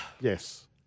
Yes